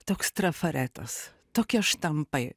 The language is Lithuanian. toks trafaretas tokie štampai